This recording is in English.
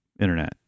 Internet